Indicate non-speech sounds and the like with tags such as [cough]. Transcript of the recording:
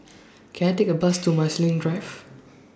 [noise] Can I Take A Bus to Marsiling Drive